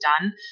done